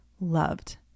loved